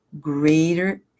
greater